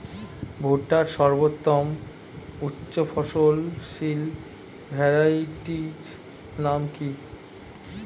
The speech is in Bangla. ভুট্টার সর্বোত্তম উচ্চফলনশীল ভ্যারাইটির নাম কি?